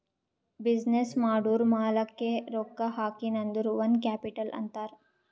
business ಮಾಡೂರ್ ಮಾಲಾಕ್ಕೆ ರೊಕ್ಕಾ ಹಾಕಿನ್ ಅಂದುರ್ ಓನ್ ಕ್ಯಾಪಿಟಲ್ ಅಂತಾರ್